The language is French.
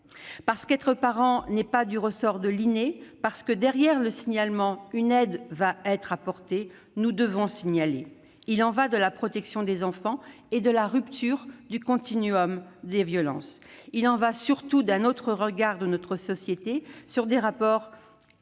Parce qu'être parent n'est pas du ressort de l'inné, parce que derrière un signalement, une aide va être apportée, nous devons signaler. Il y va de la protection des enfants et de la rupture du continuum des violences ; il y va surtout d'un autre regard de notre société sur les rapports